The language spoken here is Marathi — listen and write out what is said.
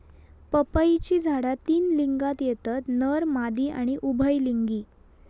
पपईची झाडा तीन लिंगात येतत नर, मादी आणि उभयलिंगी